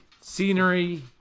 scenery